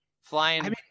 flying